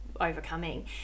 overcoming